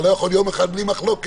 אתה לא יכול יום אחד בלי מחלוקת?